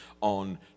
on